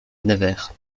nevers